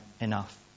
enough